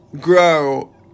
grow